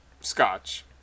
Scotch